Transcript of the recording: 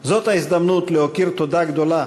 וזאת ההזדמנות להכיר תודה גדולה